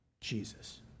Jesus